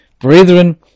Brethren